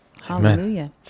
Hallelujah